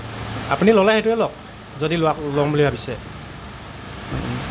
আপুনি ল'লে সেইটোৱে লওক যদি লোৱা ল'ম বুলি ভাবিছে